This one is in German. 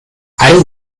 all